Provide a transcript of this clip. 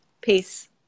peace